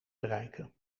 bereiken